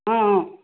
ஆ ஆ